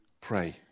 pray